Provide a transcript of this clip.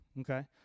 okay